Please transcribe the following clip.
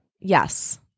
Yes